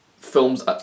films